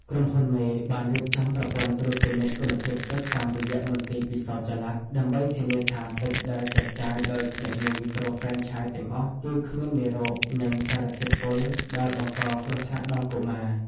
ក្រុមហ៊ុនមេបានរៀបចំប្រព័ន្ធត្រួតពិនិត្យគុណភាពទឹកតាមរយៈមន្ទីរពិសោធន៍ចល័ត ដើម្បីធានាថាទឹកដែលចែកចាយដោយភ្នាក់ងារមីក្រូហ្វ្រេនឆាយទាំងអស់ គឺគ្មានមេរោគ និងសារធាតុពុលដែលបង្កគ្រោះថ្នាក់ដល់កុមារ។